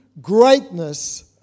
greatness